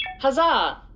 Huzzah